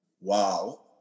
wow